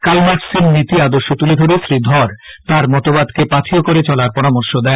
কাল মার্ক্সের নীতি আদর্শ তুলে ধরে শ্রী ধর তার মতবাদকে পাখেয় করে চলার পরামর্শ দেন